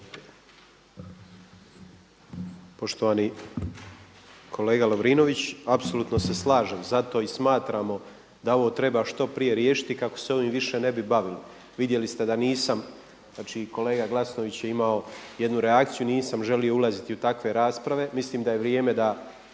Poštovani kolega Lovrinović, apsolutno se slažem, zato i smatramo da ovo treba što prije riješiti kako se ovim više ne bi bavili. Vidjeli ste da nisam, znači kolega Glasnović je imao jednu reakciju, nisam želio ulaziti u takve rasprave, mislim da je vrijeme da